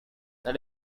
that